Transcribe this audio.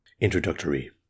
Introductory